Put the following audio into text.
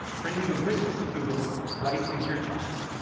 bringing the richness of google right into your chats.